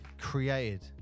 created